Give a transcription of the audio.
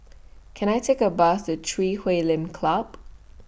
Can I Take A Bus to Chui Huay Lim Club